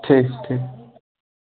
ठीक ठीक